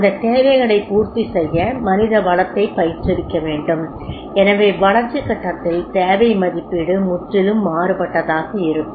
அந்தத் தேவைகளை பூர்த்தி செய்ய மனிதவளத்தை பயிற்றுவிக்க வேண்டும் எனவே வளர்ச்சி கட்டத்தில் தேவை மதிப்பீடு முற்றிலும் மாறுபட்டதாக இருக்கும்